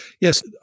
Yes